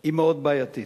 היא מאוד בעייתית,